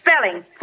Spelling